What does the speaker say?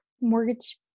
Mortgage